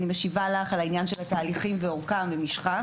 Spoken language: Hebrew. אני משיבה לך על העניין של התהליכים ואורכם במשכם,